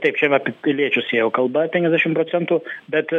taip čia apie piliečius ėjo kalba penkiasdešim procentų bet